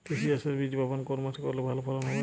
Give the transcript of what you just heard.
তিসি চাষের বীজ বপন কোন মাসে করলে ভালো ফলন হবে?